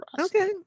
Okay